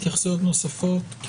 התייחסויות נוספות.